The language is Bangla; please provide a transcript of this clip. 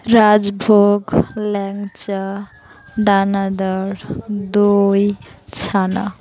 রাজভোগ ল্যাংচা দানাদার দই ছানা